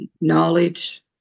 knowledge